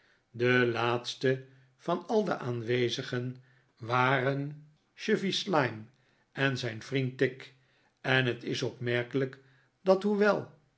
de laatsten van al de aanwezigen waren chevy slyme en zijn vriend tigg en net is opmerkelijk dat hoewel